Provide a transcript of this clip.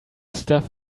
stuff